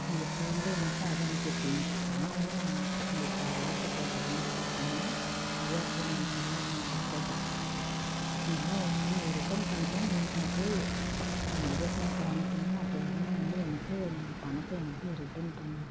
நீங்கள் இப்போ வந்து எனக்கு அதை அனுப்பியிருக்கிங்க நான் வந்து உங்களுக்கு ஆர்டர் போட்டது வந்து பார்த்திங்கன்னா இடியாப்பம் மேக்கரு தான் ஆர்டர் போட்டிருக்கேன் நீங்கள் ஒன்று ரிட்டர்ன் பண்ணுறேன் நீங்கள் எனக்கு இடியாப்பம் மேக்கரை அனுப்புங்கள் அப்படி இல்லைன்னா வந்து எனக்கு நீங்கள் பணத்தை எனக்கு ரிட்டர்ன் பண்ணுங்கள்